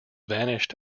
vanished